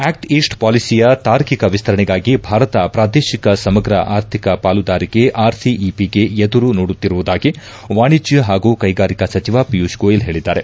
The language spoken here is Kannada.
ಆಕ್ಷ್ ಈಸ್ಷ್ ಪಾಲಿಸಿಯ ತಾರ್ಕಿಕ ವಿಸ್ತರಣೆಗಾಗಿ ಭಾರತ ಪ್ರಾದೇಶಿಕ ಸಮಗ್ರ ಆರ್ಥಿಕ ಪಾಲುದಾರಿಕೆ ಆರ್ಸಿಇಪಿಗೆ ಎದುರು ನೋಡುತ್ತಿರುವುದಾಗಿ ವಾಣಿಜ್ಯ ಹಾಗೂ ಕೈಗಾರಿಕಾ ಸಚಿವ ಪಿಯೂಷ್ ಗೋಯಲ್ ಹೇಳಿದ್ದಾರೆ